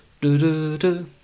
Do-do-do